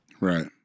Right